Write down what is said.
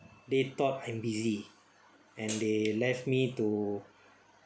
they thought I'm busy and they left me to